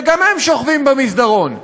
וגם הם שוכבים במסדרון.